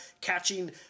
catching